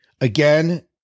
again